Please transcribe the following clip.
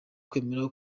kwemera